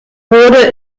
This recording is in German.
wurde